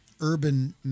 urban